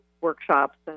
Workshops